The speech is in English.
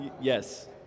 yes